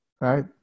Right